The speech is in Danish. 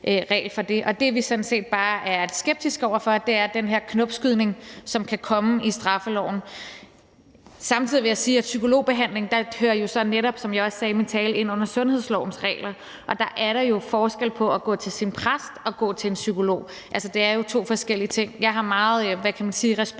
regel for det. Og det, vi sådan set bare er skeptiske over for, er den her knopskydning, som kan komme i straffeloven. Samtidig vil jeg sige, at psykologbehandling jo netop – som jeg også sagde i min tale – hører ind under sundhedslovens regler, og der er der jo forskel på at gå til sin præst og gå til en psykolog. Altså, det er jo to forskellige ting. Jeg har meget respekt